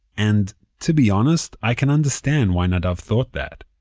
and to be honest, i can understand why nadav thought that.